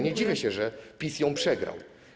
Nie dziwię się, że PiS ją przegrał.